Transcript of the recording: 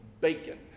bacon